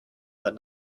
but